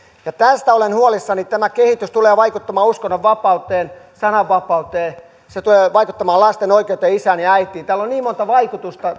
ja tästä olen huolissani tämä kehitys tulee vaikuttamaan uskonnonvapauteen sananvapauteen se tulee vaikuttamaan lasten oikeuteen isään ja äitiin tällä on niin monta vaikutusta